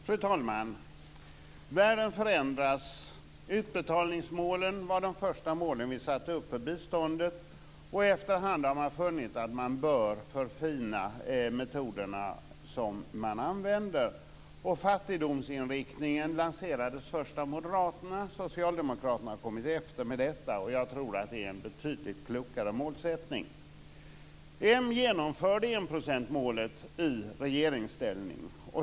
Fru talman! Världen förändras. Utbetalningsmålen var de första mål vi satte upp för biståndet, och efter hand har man funnit att man bör förfina de använda metoderna. Fattigdomsinriktningen lanserades först av Moderaterna. Socialdemokraterna har följt efter med detta. Jag tror att det är en betydligt klokare målsättning. Moderaterna genomförde enprocentsmålet i regeringsställning.